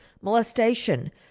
molestation